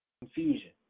Confusion